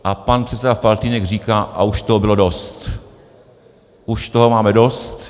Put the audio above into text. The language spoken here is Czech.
A pan předseda Faltýnek říká: Už toho bylo dost, už toho máme dost.